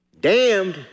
damned